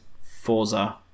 Forza